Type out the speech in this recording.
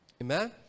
Amen